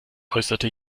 äußerte